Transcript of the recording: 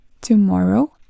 tomorrow